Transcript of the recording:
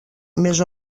més